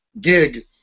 gig